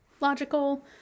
Logical